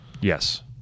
Yes